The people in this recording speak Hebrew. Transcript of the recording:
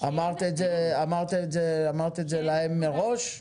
אמרת להם את זה מראש?